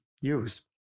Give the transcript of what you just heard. use